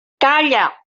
calla